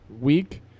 week